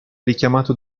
richiamato